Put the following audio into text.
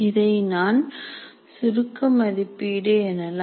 இதை நான் சுருக்க மதிப்பீடு எனலாம்